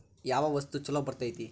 ಯಾವ ವಸ್ತು ಛಲೋ ಬರ್ತೇತಿ?